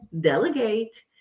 delegate